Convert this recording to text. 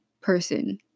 person